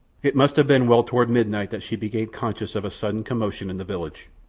it must have been well toward midnight that she became conscious of a sudden commotion in the village.